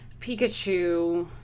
Pikachu